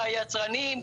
שהיצרנים,